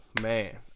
man